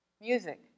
music